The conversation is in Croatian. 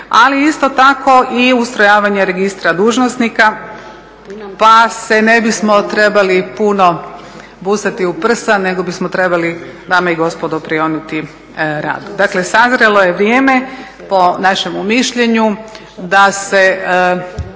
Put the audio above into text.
ali isto tako i ustrojavanje registra dužnosnika pa se ne bismo trebali puno busati u prsa nego bismo trebali dame i gospodo prionuti radu. Dakle sazrelo je vrijeme po našemu mišljenju da se